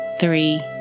three